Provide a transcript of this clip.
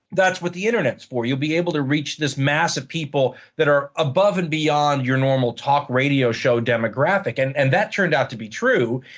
that's what the internet is for. you'll be able to reach this mass of people that are above and beyond your normal talk radio show demographic, and and that turned out to be true.